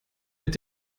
mit